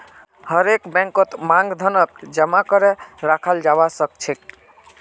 हरेक बैंकत मांग धनक जमा करे रखाल जाबा सखछेक